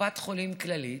קופת חולים כללית,